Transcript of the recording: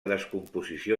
descomposició